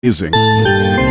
amazing